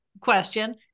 question